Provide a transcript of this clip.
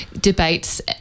debates